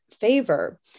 favor